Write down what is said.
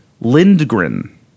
Lindgren